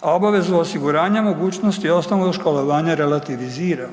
a obavezu osiguranja mogućnosti osnovnog školovanja relativizira.